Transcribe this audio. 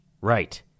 Right